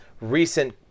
recent